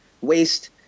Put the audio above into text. waste